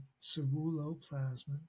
ceruloplasmin